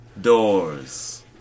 doors